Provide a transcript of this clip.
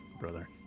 brother